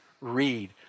read